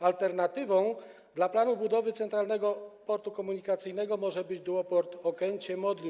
Alternatywą dla planu budowy Centralnego Portu Komunikacyjnego może być duoport Okęcie-Modlin.